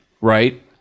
right